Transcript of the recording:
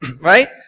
Right